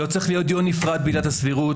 לא צריך להיות דיון נפרד בעילת הסבירות,